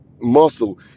muscle